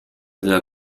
della